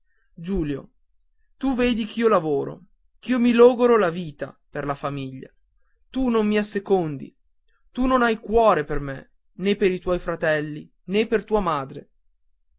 giulio tu vedi ch'io lavoro ch'io mi logoro la vita per la famiglia tu non mi assecondi tu non hai cuore per me né per i tuoi fratelli né per tua madre